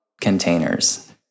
containers